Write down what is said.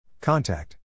Contact